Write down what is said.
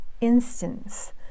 instance